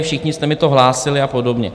Všichni jste mi to hlásili a podobně.